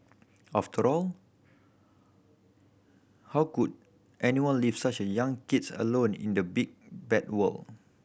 after all how could anyone leave such young kids alone in the big bad world